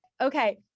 Okay